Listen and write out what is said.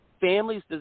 families